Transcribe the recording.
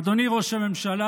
אדוני ראש הממשלה,